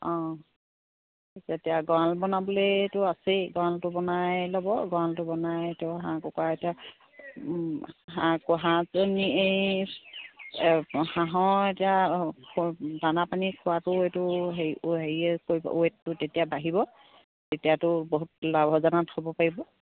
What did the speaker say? অঁ এতিয়া গঁৰাল বনাবলৈতো আছেই গঁৰালটো বনাই ল'ব গঁৰালটো বনাইতো হাঁহ কুকৰা এতিয়া হাঁহ হাঁহাজনী এই হাঁহৰ এতিয়া দানা পানী খোৱাটো এইটো হেৰি হেৰিয়ে কৰিব ৱেটটো তেতিয়া বাঢ়িব তেতিয়াতো বহুত লাভজনক হ'ব পাৰিব